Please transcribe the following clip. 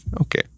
okay